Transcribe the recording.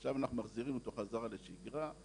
עכשיו אנחנו מחזירים אותו חזרה לשגרה,